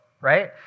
Right